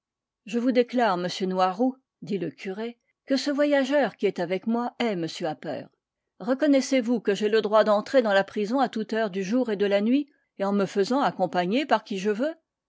je vous déclare m noiroud dit le curé que ce voyageur qui est avec moi est m appert reconnaissez-vous que j'ai le droit d'entrer dans la prison à toute heure du jour et de la nuit et en me faisant accompagner par qui je veux